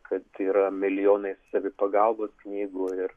kad yra milijonai savipagalbos knygų ir